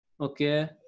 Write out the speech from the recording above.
okay